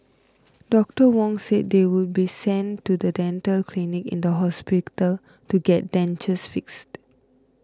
Doctor Wong said they would be sent to the dental clinic in the hospital to get dentures fixed